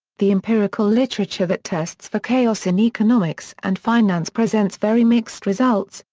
the empirical literature that tests for chaos in economics and finance presents very mixed results,